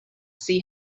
see